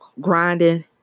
grinding